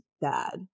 bad